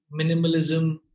minimalism